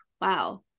wow